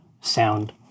sound